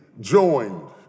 joined